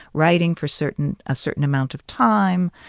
writing for certain a certain amount of time.